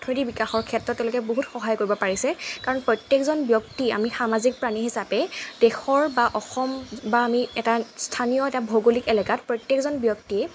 অৰ্থনৈতিক বিকাশৰ ক্ষেত্ৰত তেওঁলোকে বহুত সহায় কৰিব পাৰিছে কাৰণ প্ৰত্যেকজন ব্যক্তি আমি সামাজিক প্ৰাণী হিচাপে দেশৰ বা অসম বা আমি এটা স্থানীয় এটা ভৌগোলিক এলেকাত প্ৰত্যেকজন ব্যক্তিয়ে